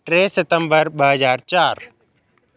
टे सितंबर ॿ हज़ार चारि